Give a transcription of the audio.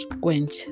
quench